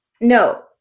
No